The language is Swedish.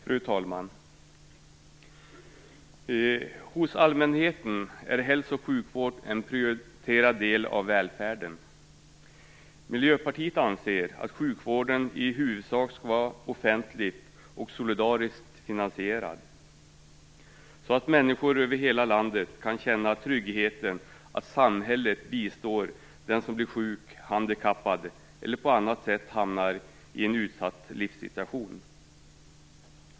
Fru talman! Bland allmänheten är hälso och sjukvården en prioriterad del av välfärden. Miljöpartiet anser att sjukvården i huvudsak skall vara offentligt och solidariskt finansierad, så att människor över hela landet kan känna tryggheten att samhället bistår den som blir sjuk eller handikappad eller som på annat sätt hamnar i en utsatt livssituation.